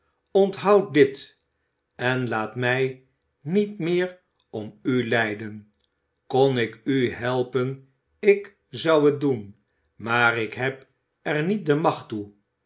onthoud dit en laat mij niet meer om u lijden kon ik u helpen ik zou het doen maar ik heb er niet de macht toe